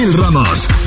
Ramos